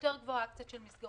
יותר גבוהה קצת של מסגרות.